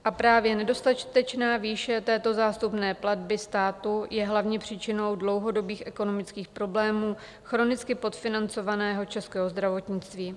A právě nedostatečná výše této zástupné platby státu je hlavně příčinou dlouhodobých ekonomických problémů chronicky podfinancovaného českého zdravotnictví.